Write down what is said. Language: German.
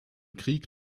krieg